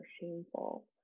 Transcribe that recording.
shameful